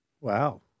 Wow